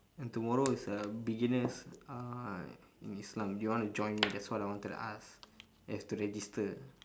and tomorrow is uh beginners uh in islam do you want to join me that's what I wanted to ask have to register